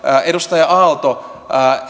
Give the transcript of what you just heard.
edustaja aalto